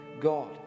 God